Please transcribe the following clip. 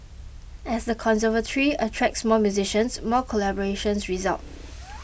as the conservatory attracts more musicians more collaborations result